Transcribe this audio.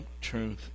truth